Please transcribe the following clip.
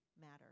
matter